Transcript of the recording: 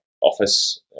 office